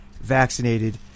vaccinated